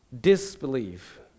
disbelief